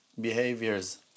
behaviors